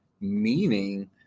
meaning